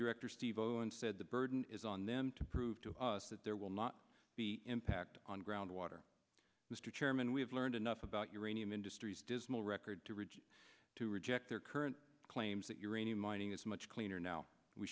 director steve owen said the burden is on them to prove to us that there will not be impact on ground water mr chairman we have learned enough about uranium industries dismal record to ridge to reject their current claims that uranium mining is much cleaner now we